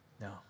No